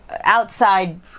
Outside